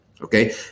okay